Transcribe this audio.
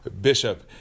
Bishop